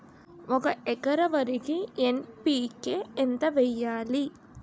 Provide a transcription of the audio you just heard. ఒక ఎకర వరికి ఎన్.పి కే ఎంత వేయాలి?